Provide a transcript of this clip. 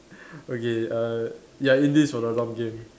okay uh you are in this for the long game